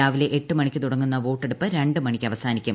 രാവിലെ എട്ട് മണിക്ക് തുടങ്ങുന്ന വോട്ടെടുപ്പ് രണ്ട് മണിക്ക് അവസാനിക്കും